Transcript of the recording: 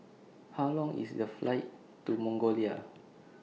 How Long IS The Flight to Mongolia